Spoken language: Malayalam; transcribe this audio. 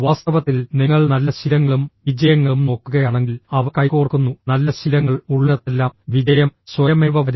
വാസ്തവത്തിൽ നിങ്ങൾ നല്ല ശീലങ്ങളും വിജയങ്ങളും നോക്കുകയാണെങ്കിൽ അവ കൈകോർക്കുന്നു നല്ല ശീലങ്ങൾ ഉള്ളിടത്തെല്ലാം വിജയം സ്വയമേവ വരും